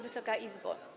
Wysoka Izbo!